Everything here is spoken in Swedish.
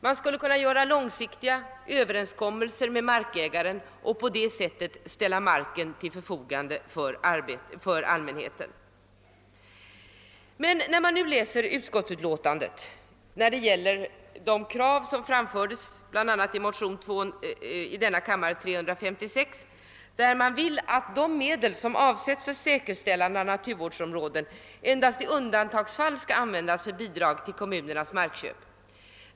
Man kan göra långsiktiga överenskommelser med markägaren och på det sättet ställa marken till allmänhetens förfogande. I motionen II: 356 föreslås att de medel som avsätts för säkerställande av naturvårdsområden endast i undantagsfall skall användas för bidrag till kommunernas markköp.